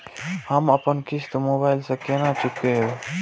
हम अपन किस्त मोबाइल से केना चूकेब?